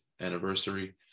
anniversary